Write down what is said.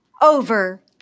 over